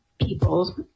people